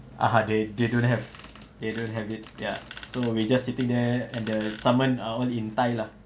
ah ha they they don't have they don't have it ya so we just sitting there and the summon are all in thai lah